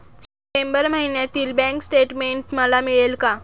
September महिन्यातील bank statement मला मिळेल का?